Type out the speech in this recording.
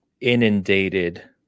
inundated